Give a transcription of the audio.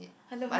I love it